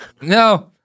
No